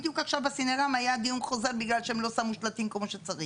בדיוק עכשיו בסינרמה היה דיון חוזר בגלל שהם לא שמו שלטים כמו שצריך.